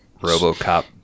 RoboCop